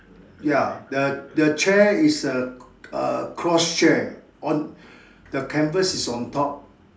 ya the the chair is a uh cross chair on the canvas is on top